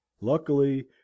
Luckily